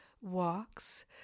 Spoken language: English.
walks